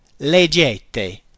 Leggete